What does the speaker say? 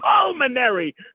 Pulmonary